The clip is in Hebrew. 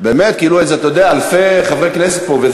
באמת, כאילו אלפי חברי כנסת פה.